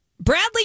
bradley